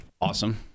Awesome